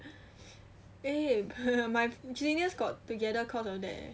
eh my seniors got together cause of that leh